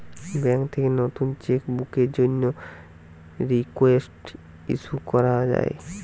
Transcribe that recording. bank থেকে নতুন cheque বুকের জন্যে রিকোয়েস্ট ইস্যু করা যায়